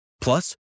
Plus